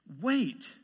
Wait